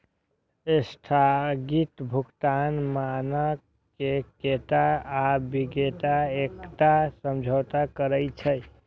स्थगित भुगतान मानक मे क्रेता आ बिक्रेता एकटा समझौता करै छै